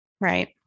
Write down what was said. Right